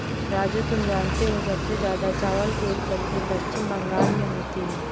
राजू तुम जानते हो सबसे ज्यादा चावल की उत्पत्ति पश्चिम बंगाल में होती है